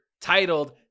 titled